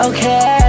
Okay